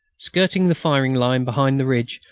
skirting the firing line behind the ridge,